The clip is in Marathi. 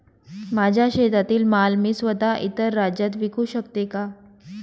माझ्या शेतातील माल मी स्वत: इतर राज्यात विकू शकते का?